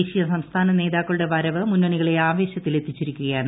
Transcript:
ദേശീയ സംസ്ഥാന നേതാക്കളുടെ വരവ് മുന്നണികളെ ആവേശത്തിൽ എത്തിച്ചിരിക്കുകയാണ്